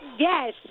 Yes